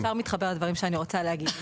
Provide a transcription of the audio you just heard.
זה ישר מתחבר לדברים שאני רוצה להגיד.